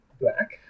black